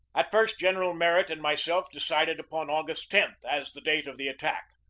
at first general merritt and myself decided upon august ten as the date of the attack.